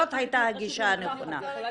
זאת הייתה הגישה הנכונה.